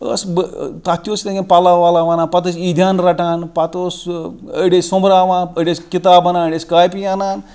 اوس بہٕ تتھ تہِ أسۍ مےٚ پلو ولو انان پتہٕ ٲسۍ یِمٕے پَلو اَنان عیٖدیان رَٹان پتہٕ اوس سُہ أڑۍ ٲسۍ سۄںبراوان أڑۍ ٲسۍ کِتاب اَنان أڑۍ ٲسۍ کاپی اَنان